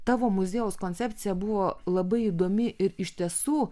tavo muziejaus koncepcija buvo labai įdomi ir iš tiesų